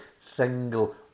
single